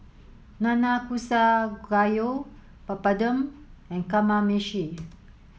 Nanakusa Gayu Papadum and Kamameshi